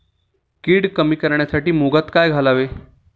कीड कमी करण्यासाठी मुगात काय घालावे?